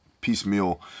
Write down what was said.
piecemeal